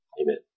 amen